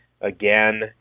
again